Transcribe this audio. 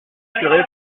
censuré